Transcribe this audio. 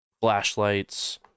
flashlights